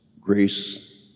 grace